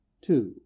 two